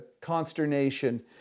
consternation